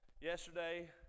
yesterday